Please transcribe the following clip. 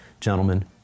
gentlemen